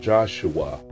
Joshua